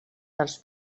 dels